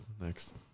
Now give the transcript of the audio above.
next